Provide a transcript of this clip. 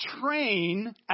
train